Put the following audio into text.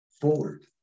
forward